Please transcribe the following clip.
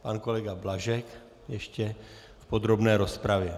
Pan kolega Blažek ještě v podrobné rozpravě.